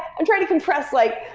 i'm trying to compress like,